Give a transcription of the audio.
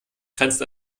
grenzt